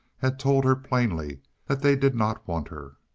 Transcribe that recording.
had told her plainly that they did not want her.